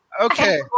Okay